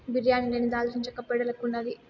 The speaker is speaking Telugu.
బిర్యానీ లేని దాల్చినచెక్క పేడ లెక్కుండాది